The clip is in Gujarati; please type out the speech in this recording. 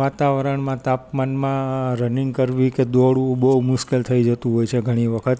વાતાવરણમાં તાપમાનમાં રનિંગ કરવી કે દોડવું બહુ મુશ્કેલ થઈ જતું હોય છે ઘણી વખત